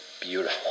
beautiful